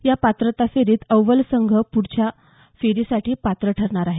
या पात्रता फेरीतील अव्वल संघ प्रढच्या फेरीसाठी पात्र ठऱणार आहे